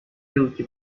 yılki